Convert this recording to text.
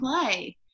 play